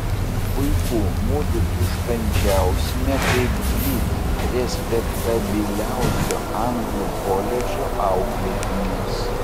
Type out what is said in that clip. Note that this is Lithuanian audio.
puiku mudu užkandžiausime kaip dvi respektabiliausio anglų koledžo auklėtinės